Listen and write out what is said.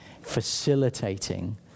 facilitating